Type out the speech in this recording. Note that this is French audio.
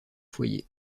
foyer